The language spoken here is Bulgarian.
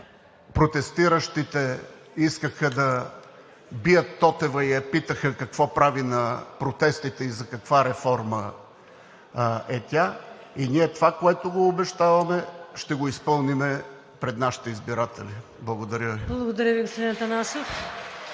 протестиращите искаха да бият Тотева и я питаха: какво прави на протестите и за каква реформа е тя? И това, което ние обещаваме, ще го изпълним пред нашите избиратели. Благодаря Ви. ПРЕДСЕДАТЕЛ ВИКТОРИЯ ВАСИЛЕВА: